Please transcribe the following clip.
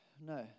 No